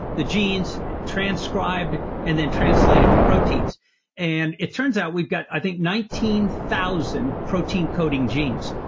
the genes transcribed and then translated to proteins and it turns out we've got i think nineteen thousand protein coding genes.